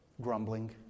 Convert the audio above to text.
Grumbling